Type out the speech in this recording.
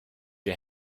der